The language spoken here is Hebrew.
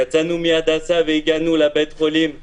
יצאנו מהדסה והגענו לבית חולים אלי"ן,